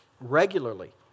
regularly